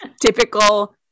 typical